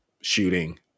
Shooting